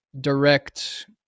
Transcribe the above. direct